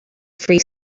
free